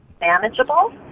Manageable